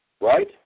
Right